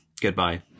goodbye